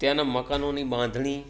ત્યાંનાં મકાનોની બાંધણી